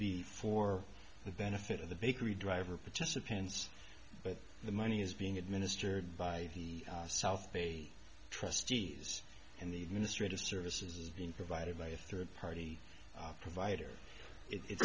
be for the benefit of the bakery driver participants but the money is being administered by the south bay trustees and the administrative services is being provided by a third party provider it